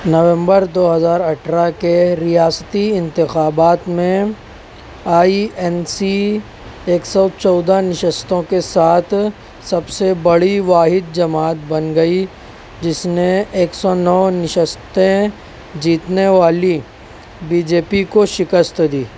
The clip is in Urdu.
نومبر دو ہزار اٹھارہ کے ریاستی انتخابات میں آئی این سی ایک سو چودہ نشستوں کے ساتھ سب سے بڑی واحد جماعت بن گئی جس نے ایک سو نو نشستیں جیتنے والی بی جے پی کو شکست دی